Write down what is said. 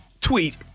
tweet